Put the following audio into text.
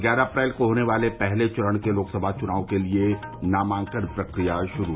ग्यारह अप्रैल को होने वाले पहले चरण के लोकसभा चुनाव के लिए नामांकन प्रक्रिया शुरू